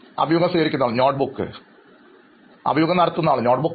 അഭിമുഖം സ്വീകരിക്കുന്നയാൾ നോട്ട്ബുക്ക് അഭിമുഖം നടത്തുന്നയാൾ നോട്ടുബുക്ക്